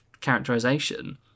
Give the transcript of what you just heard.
characterisation